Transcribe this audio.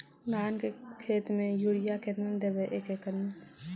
धान के खेत में युरिया केतना देबै एक एकड़ में?